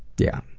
yeah,